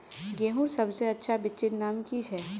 गेहूँर सबसे अच्छा बिच्चीर नाम की छे?